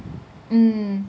mm